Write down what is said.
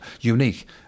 unique